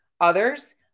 Others